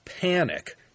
panic